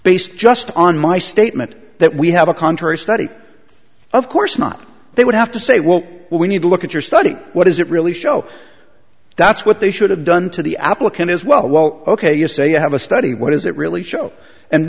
based just on my statement that we have a contrary study of course not they would have to say well we need to look at your study what does it really show that's what they should have done to the applicant is well ok you say you have a study what does that really show and